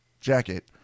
jacket